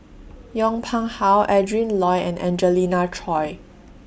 Yong Pung How Adrin Loi and Angelina Choy